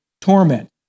torment